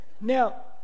Now